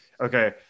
okay